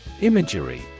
Imagery